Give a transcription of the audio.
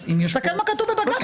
אם יש פה --- תסתכל מה כתוב בבג"ץ.